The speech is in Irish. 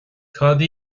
cad